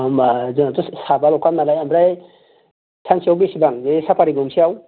होम्बा जोंहाथ' साबाल'खा नालाय ओमफ्राय सानसेयाव बेसेबां बे साफारि गंसेयाव